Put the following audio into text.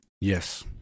Yes